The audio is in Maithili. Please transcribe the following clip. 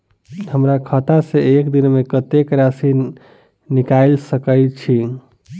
हमरा खाता सऽ एक दिन मे कतेक राशि निकाइल सकै छी